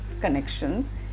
connections